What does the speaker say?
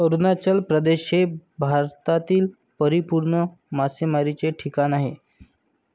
अरुणाचल प्रदेश हे भारतातील परिपूर्ण मासेमारीचे ठिकाण आहे